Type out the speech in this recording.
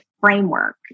framework